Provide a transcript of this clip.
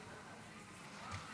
להלן תוצאות